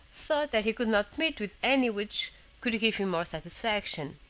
thought that he could not meet with any which could give him more satisfaction.